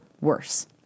worse